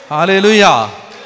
Hallelujah